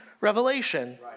Revelation